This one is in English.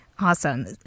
Awesome